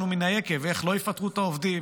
ומן היקב איך לא יפטרו את העובדים,